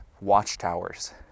watchtowers